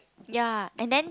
ya and then